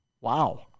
wow